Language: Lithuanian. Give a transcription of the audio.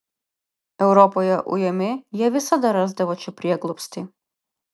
europoje ujami jie visada rasdavo čia prieglobstį